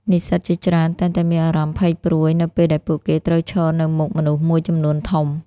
និស្សិតជាច្រើនតែងតែមានអារម្មណ៍ភ័យព្រួយនៅពេលដែលពួកគេត្រូវឈរនៅមុខមនុស្សមួយចំនួនធំ។